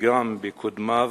וגם בקודמיו,